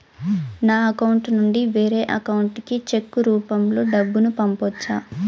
నా అకౌంట్ నుండి వేరే అకౌంట్ కి చెక్కు రూపం లో డబ్బును పంపొచ్చా?